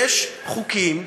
יש חוקים,